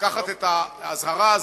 לקחת את האזהרה הזאת,